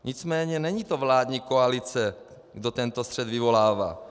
Nicméně není to vládní koalice, kdo tento střet vyvolává.